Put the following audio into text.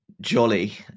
jolly